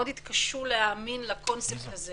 מאוד התקשו להאמין לקונספט הזה